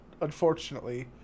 unfortunately